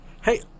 Hey